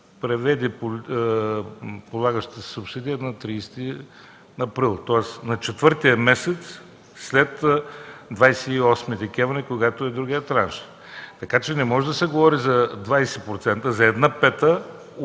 преведе полагащата се субсидия на 30 април, тоест на четвъртия месец след 28 декември, когато е другият транш. Така че не може да се говори за 20% – за една пета